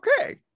okay